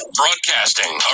broadcasting